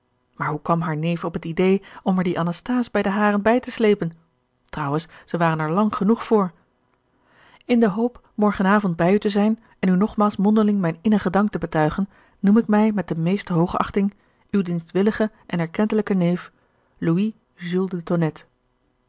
maar hoe kwam haar neef op het ideé om er dien anasthase bij de haren bij te slepen trouwens ze waren er lang genoeg voor in de hoop morgen avond bij u te zijn en u nogmaals gerard keller het testament van mevrouw de tonnette mondeling mijn innigen dank te betuigen noem ik mij met de meeste hoogachting uw dienstwilligen en erkentelijken neef louis jules de